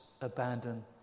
abandon